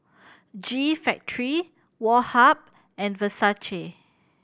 G Factory Woh Hup and Versace